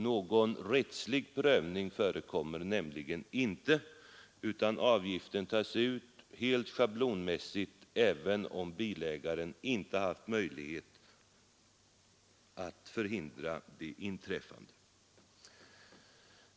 Någon rättslig prövning förekommer nämligen inte, utan avgiften tas ut helt schablonmässigt även om bilägaren inte haft möjlighet att förhindra det inträffade.